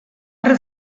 erre